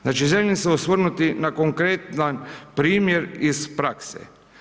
Znači, želim se osvrnuti na konkretan primjer iz prakse.